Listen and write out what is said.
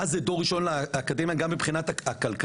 מה זה דור ראשון לאקדמיה גם מבחינת הכלכלה,